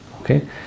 Okay